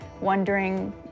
wondering